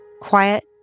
Quiet